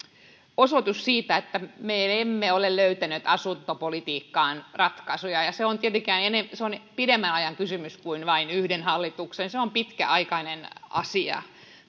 osoitus siitä että me emme ole löytäneet asuntopolitiikkaan ratkaisuja se on tietenkin pidemmän ajan kysymys kuin vain yhden hallituksen se on pitkäaikainen asia